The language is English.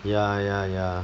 ya ya ya